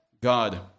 God